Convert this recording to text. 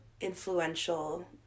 influential